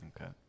Okay